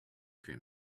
cream